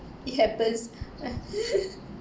it happens